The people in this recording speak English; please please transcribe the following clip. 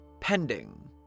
Pending